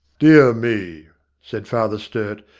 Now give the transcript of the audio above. dear me said father sturt,